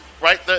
right